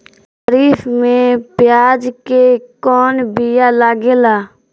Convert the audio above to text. खरीफ में प्याज के कौन बीया लागेला?